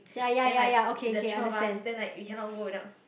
then like the three of us then like we cannot go without